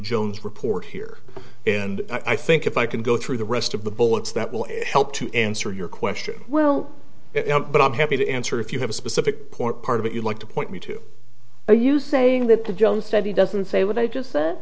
jones report here and i think if i can go through the rest of the bullets that will help to answer your question well but i'm happy to answer if you have a specific point part of it you'd like to point me to are you saying that the jones study doesn't say what i just said